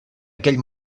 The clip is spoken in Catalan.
aquell